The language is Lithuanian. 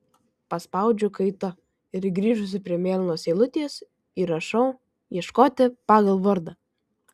paspaudžiu kaita ir grįžusi prie mėlynos eilutės įrašau ieškoti pagal vardą